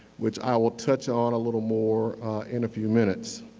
which i will touch on a little more in a few minutes.